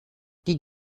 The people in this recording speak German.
die